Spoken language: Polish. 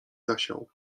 zasiał